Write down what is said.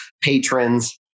patrons